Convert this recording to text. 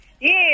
Yes